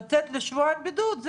לצאת לשבועיים בידוד,